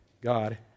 God